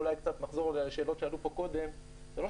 אולי נחזור לשאלות שעלו פה קודם זה לא